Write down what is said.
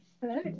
Hello